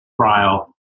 trial